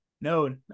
No